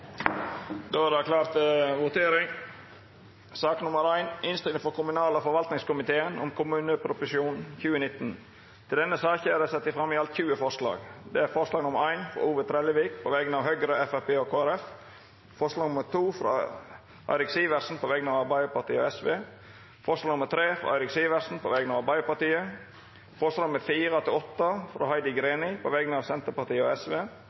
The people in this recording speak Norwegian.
Då er Stortinget klar til å gå til votering. Under debatten er det sett fram i alt 20 forslag. Det er: forslag nr. 1, frå Ove Trellevik på vegner av Høgre, Framstegspartiet og Kristeleg Folkeparti forslag nr. 2, frå Eirik Sivertsen på vegner av Arbeidarpartiet og Sosialistisk Venstreparti forslag nr. 3, frå Eirik Sivertsen på vegner av Arbeidarpartiet forslaga nr. 4–8, frå Heidi Greni på vegner av Senterpartiet og